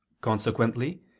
Consequently